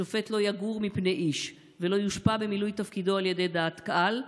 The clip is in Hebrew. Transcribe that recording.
שופט לא יגור מפני איש ולא יושפע במילוי תפקידו על ידי דעת קהל,